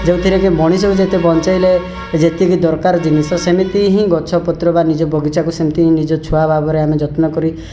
ଯେଉଁଥିରେ କି ମଣିଷକୁ ଯେତେ ବଞ୍ଚେଇଲେ ଯେତିକି ଦରକାର ଜିନିଷ ସେମିତି ହିଁ ଗଛ ପତ୍ର ବା ନିଜ ବଗିଚାକୁ ସେମିତି ନିଜ ଛୁଆ ଭାବରେ ଆମେ ଯତ୍ନ କରି